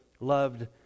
loved